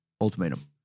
Ultimatum